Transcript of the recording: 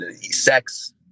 sex